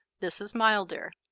this is milder.